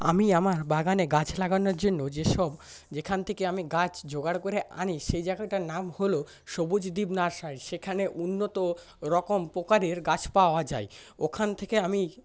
আমি আমার বাগানে গাছ লাগানোর জন্য যেসব যেখান থেকে আমি গাছ জোগাড় করে আনি সে জায়গাটার নাম হল সবুজ দ্বীপ নার্সারি সেখানে উন্নতরকম প্রকারের গাছ পাওয়া যায় ওখান থেকে আমি